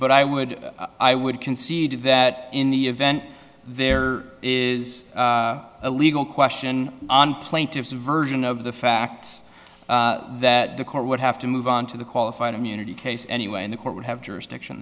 but i would i would concede that in the event there is a legal question on plaintiff's version of the facts that the court would have to move on to the qualified immunity case anyway in the court would have jurisdiction